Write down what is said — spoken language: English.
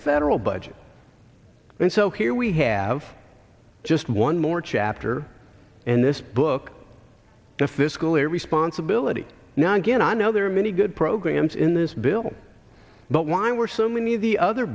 federal budget and so here we have just one more chapter in this book if this school or responsibility now again i know there are many good programs in this bill but why were so many of the other